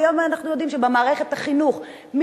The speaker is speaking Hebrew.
כי היום אנחנו יודעים שבמערכת החינוך היום,